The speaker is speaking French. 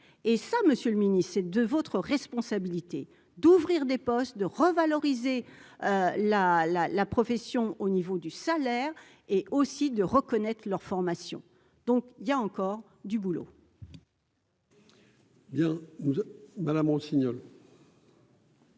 et ça Monsieur le Ministre, c'est de votre responsabilité d'ouvrir des postes de revaloriser la la la profession au niveau du salaire et aussi de reconnaître leur formation, donc il y a encore du boulot.